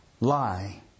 lie